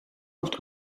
wordt